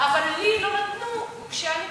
אבל לי לא נתנו כשאני ביקשתי,